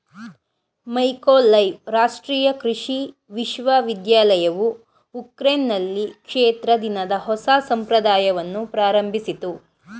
Mykolaiv ರಾಷ್ಟ್ರೀಯ ಕೃಷಿ ವಿಶ್ವವಿದ್ಯಾಲಯವು ಉಕ್ರೇನ್ನಲ್ಲಿ ಕ್ಷೇತ್ರ ದಿನದ ಹೊಸ ಸಂಪ್ರದಾಯವನ್ನು ಪ್ರಾರಂಭಿಸಿತು